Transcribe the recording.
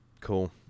Cool